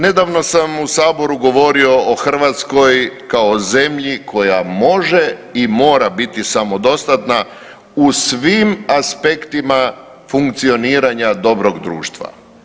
Nedavno sam u saboru govorio o Hrvatskoj kao zemlji koja može i mora biti samodostatna u svim aspektima funkcioniranja dobrog društva.